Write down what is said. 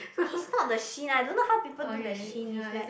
is not the shin lah don't know how people do the shin is like